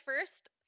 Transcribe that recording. first